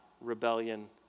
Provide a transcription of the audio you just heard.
rebellion